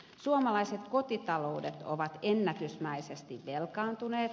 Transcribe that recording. suomalaiset kotitaloudet ovat ennätysmäisesti velkaantuneet